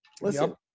Listen